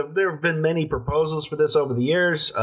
there have been many proposals for this over the years,